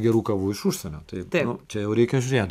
gerų kavų iš užsienio tai čia jau reikia žiūrėt